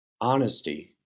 honesty